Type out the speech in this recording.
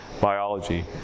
biology